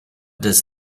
does